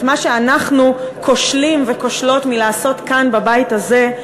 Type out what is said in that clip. את מה שאנחנו כושלים וכושלות מלעשות כאן בבית הזה,